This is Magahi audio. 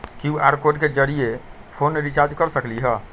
कियु.आर कोड के जरिय फोन रिचार्ज कर सकली ह?